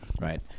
right